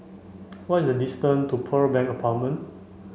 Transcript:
what is the distance to Pearl Bank Apartment